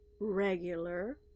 regular